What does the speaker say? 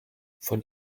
von